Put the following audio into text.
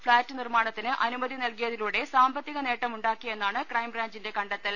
flat നിർമ്മാണത്തിന് അനുമതി നൽകിയതിലൂടെ സാമ്പത്തിക നേട്ടം ഉണ്ടാക്കിയെന്നാണ് ക്രൈംബ്രാഞ്ചിന്റെ കണ്ടെത്തൽ